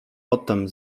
potem